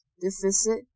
Deficit